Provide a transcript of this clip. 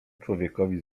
człowiekowi